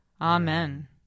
Amen